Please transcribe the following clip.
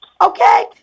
okay